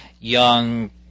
young